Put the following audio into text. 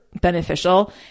beneficial